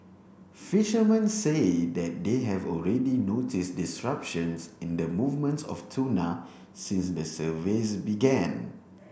fishermen say that they have already notice disruptions in the movements of tuna since the surveys began